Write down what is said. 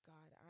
God